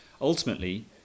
ultimately